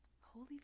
Holy